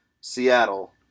Seattle